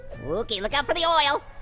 okay, look out for the oil.